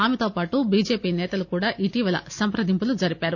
ఆమెతో పాటు బీజేపీ నేతలు కూడా ఇటీవల సంప్రదింపులు జరిపారు